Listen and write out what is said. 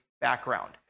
background